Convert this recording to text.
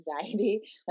anxiety